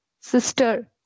sister